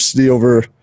over –